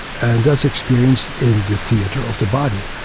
and that's experienced in the theatre of the body.